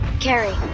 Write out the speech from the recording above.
Carrie